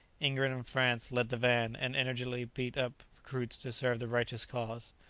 england and france led the van, and energetically beat up recruits to serve the righteous cause.